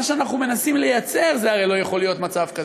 שאנחנו מנסים לייצר לא יכול להיות מצב כזה.